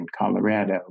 Colorado